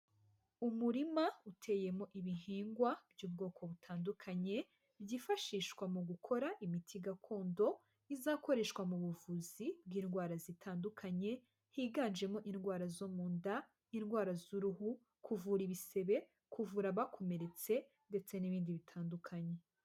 Umurima uteyemo ibihingwa by'ubwoko butandukanye, byifashishwa mu gukora imiti gakondo izakoreshwa mu buvuzi bw'indwara zitandukanye, higanjemo indwara zo mu nda, nk'indwara z'uruhu, kuvura ibisebe, kuvura abakomeretse ndetse n'ibindi bitandukanye.